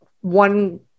one